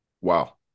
Wow